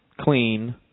clean